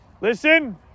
Listen